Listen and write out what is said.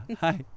Hi